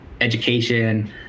education